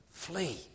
Flee